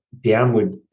downward